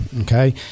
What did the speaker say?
Okay